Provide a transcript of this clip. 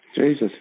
Jesus